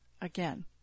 again